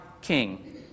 king